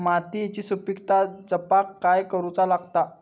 मातीयेची सुपीकता जपाक काय करूचा लागता?